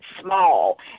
small